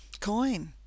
coin